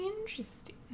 Interesting